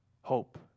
hope